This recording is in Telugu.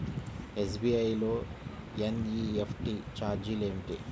ఎస్.బీ.ఐ లో ఎన్.ఈ.ఎఫ్.టీ ఛార్జీలు ఏమిటి?